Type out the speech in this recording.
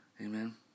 amen